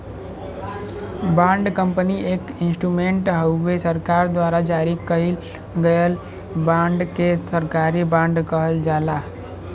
bond company एक instrument हउवे सरकार द्वारा जारी कइल गयल बांड के सरकारी बॉन्ड कहल जाला